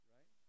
Right